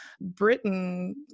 Britain